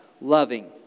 loving